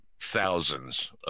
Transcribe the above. thousands